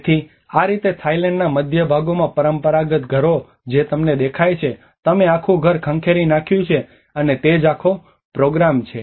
તેથી આ રીતે થાઇલેન્ડના મધ્ય ભાગોમાં પરંપરાગત ઘરો જે તમને દેખાય છે કે તમે આખું ઘર ખંખેરી નાખ્યું છે અને તે જ આખો પ્રોગ્રામ છે